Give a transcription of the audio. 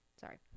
Sorry